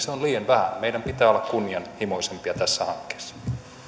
on liian vähän meidän pitää olla kunnianhimoisempia tässä hankkeessa